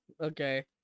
Okay